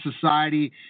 society